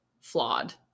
flawed